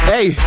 Hey